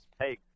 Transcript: Hey